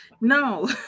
no